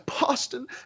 Boston